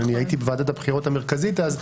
הייתי בוועדת הבחירות המרכזית אז,